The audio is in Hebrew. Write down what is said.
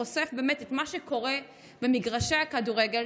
שחושף באמת את מה שקורה במגרשי הכדורגל.